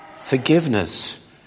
Forgiveness